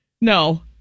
No